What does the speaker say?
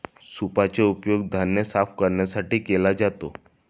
सूपचा उपयोग धान्य साफ करण्यासाठी केला जातो